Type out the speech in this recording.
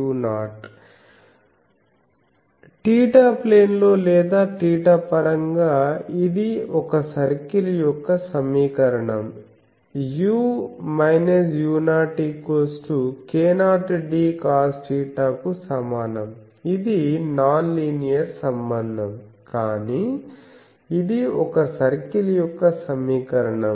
u0 θ plane లో లేదా θ పరంగా ఇది ఒక సర్కిల్ యొక్క సమీకరణం u u0 k0dcosθ కు సమానం ఇది నాన్ లీనియర్ సంబంధం కానీ ఇది ఒక సర్కిల్ యొక్క సమీకరణం